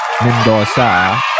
Mendoza